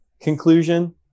conclusion